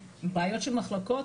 בעיות של מחלוקות,